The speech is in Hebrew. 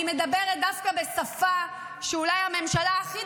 אני מדברת דווקא בשפה שאולי הממשלה הכי